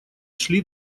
шли